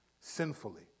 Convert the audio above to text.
sinfully